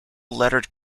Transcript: lettered